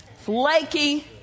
flaky